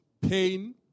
pain